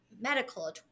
medical